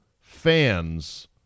fans